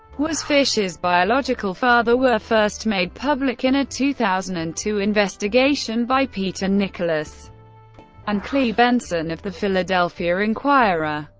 was fischer's biological father were first made public in a two thousand and two investigation by peter nicholas and clea benson of the philadelphia inquirer.